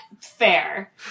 Fair